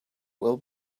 will